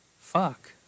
Fuck